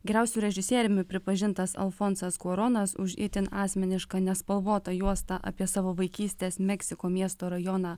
geriausiu režisieriumi pripažintas alfonsas kuaronas už itin asmenišką nespalvotą juostą apie savo vaikystės meksiko miesto rajoną